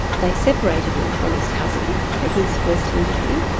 they separated him from his cousin for his first interview,